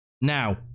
now